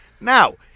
Now